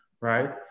right